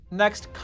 Next